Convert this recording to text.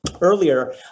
earlier